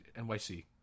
NYC